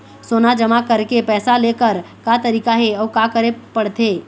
सोना जमा करके पैसा लेकर का तरीका हे अउ का करे पड़थे?